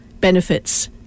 benefits